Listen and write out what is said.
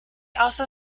also